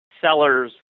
sellers